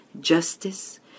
justice